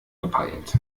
gepeilt